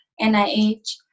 NIH